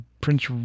prince